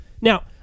now